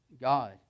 God